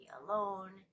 alone